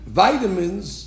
vitamins